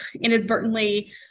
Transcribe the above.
inadvertently